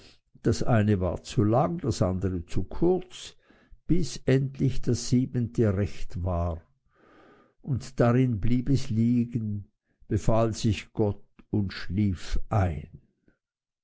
das eine war zu lang das andere zu kurz bis endlich das siebente recht war und darin blieb es liegen befahl sich gott und schlief ein